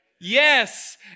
Yes